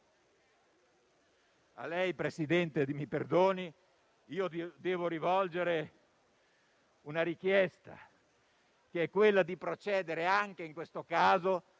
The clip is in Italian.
A lei, Presidente, mi perdoni, devo rivolgere la richiesta di procedere anche in questo caso